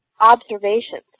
observations